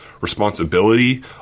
responsibility